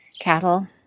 cattle